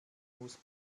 muss